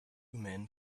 men